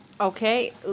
Okay